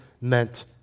meant